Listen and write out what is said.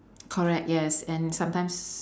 correct yes and sometimes